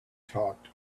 talked